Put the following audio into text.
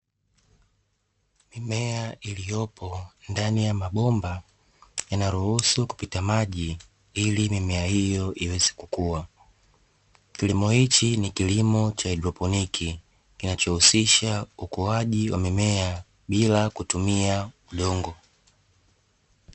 Mimea iliyopo ndani ya mabomba yanaruhusu kupita maji ili mimea hiyo iweze kukua. Kilimo hichi ni kilimo cha hydroponiki kinachohusisha ukuaji wa mimea bila kutumia udongo.